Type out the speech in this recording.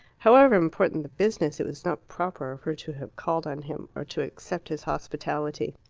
however important the business, it was not proper of her to have called on him, or to accept his hospitality.